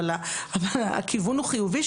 אבל הכיוון הוא חיובי,